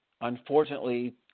unfortunately